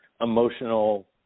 emotional